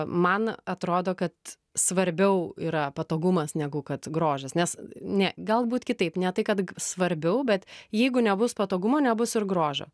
man atrodo kad svarbiau yra patogumas negu kad grožis nes ne galbūt kitaip ne tai kad svarbiau bet jeigu nebus patogumo nebus ir grožio